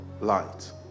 light